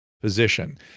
position